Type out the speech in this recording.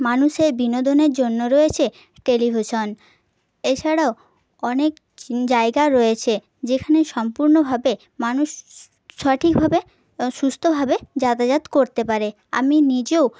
মানুষের বিনোদনের জন্য রয়েছে টেলিভিশন এছাড়াও অনেক জায়গা রয়েছে যেখানে সম্পূর্ণভাবে মানুষ সঠিকভাবে সুস্থভাবে যাতাযাত করতে পারে আমি নিজেও